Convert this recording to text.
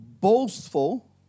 boastful